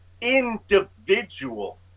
individual